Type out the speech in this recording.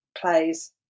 plays